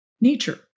nature